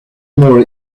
more